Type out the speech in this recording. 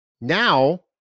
now